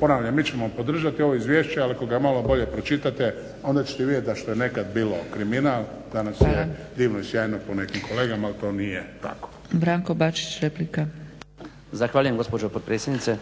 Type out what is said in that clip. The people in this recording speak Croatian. ponavljam mi ćemo podržati ovog izvješće ali ako ga malo bolje pročitate onda ćete vidjeti da što je nekad bilo kriminal danas je divno i sjajno po nekim kolegama ali to nije tako. **Zgrebec, Dragica (SDP)** Hvala. Branko Bačić replika. **Bačić, Branko (HDZ)** Zahvaljujem gospođo potpredsjednice.